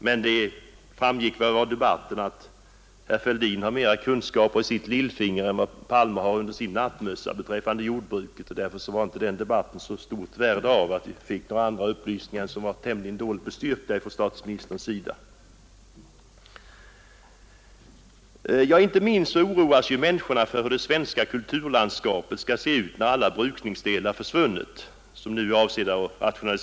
Men det framgick väl av debatten att herr Fälldin har mera kunskap i sitt lillfinger än herr Palme har under sin nattmössa när det gäller jordbruket. Därför var inte den debatten av så stort värde. Vi fick upplysningar som var tämligen dåligt bestyrkta från statsministerns sida. Inte minst oroas människorna för hur det svenska kulturlandskapet skall se ut när alla dessa brukningsdelar försvunnit.